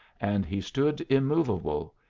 and he stood immovable,